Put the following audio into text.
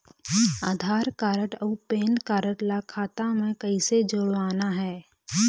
आधार card अऊ PAN card ला खाता म कइसे जोड़वाना हे?